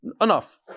enough